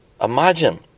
Imagine